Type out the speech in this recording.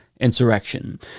insurrection